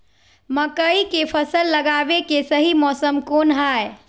मकई के फसल लगावे के सही मौसम कौन हाय?